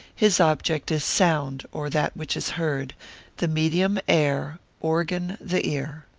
his object is sound, or that which is heard the medium, air organ, the ear.